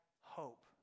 hope